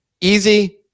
easy